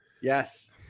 Yes